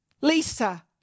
Lisa